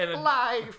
Life